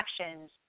actions